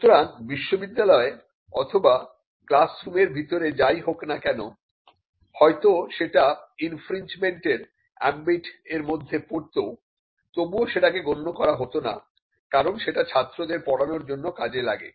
সুতরাং বিশ্ববিদ্যালয়ে অথবা ক্লাস রুমের ভিতর যাই হোক না কেন হয়তো সেটা ইনফ্রিংনজমেন্টের এমবিট এর মধ্যে পড়ত ও তবুও সেটাকে গণ্য করা হতো না কারণ সেটা ছাত্রদের পড়ানোর জন্য কাজে লাগে